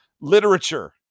literature